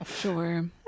sure